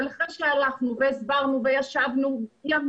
אבל אחרי שהלכנו והסברנו וישבנו לילות